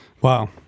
Wow